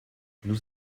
nous